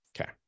Okay